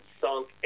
sunk